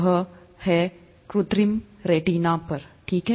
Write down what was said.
यह है कृत्रिम रेटिना पर ठीक है